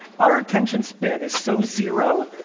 our attention span is so zero,